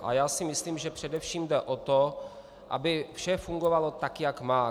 A já si myslím, že především jde o to, aby vše fungovalo tak, jak má.